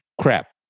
crap